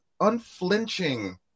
unflinching